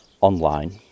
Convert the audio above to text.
online